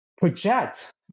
project